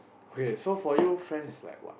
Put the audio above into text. okay for you friends is like what